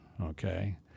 Okay